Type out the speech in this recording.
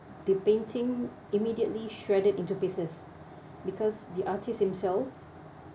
the painting immediately shredded into pieces because the artist himself